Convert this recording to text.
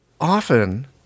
often